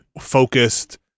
focused